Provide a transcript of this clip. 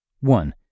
One